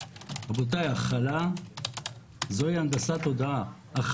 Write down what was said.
הכלה זו הנדסת תודעה, רבותיי.